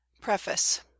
Preface